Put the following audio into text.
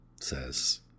says